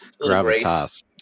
gravitas